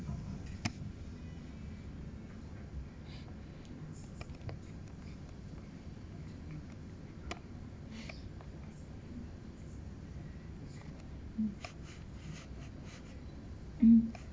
mm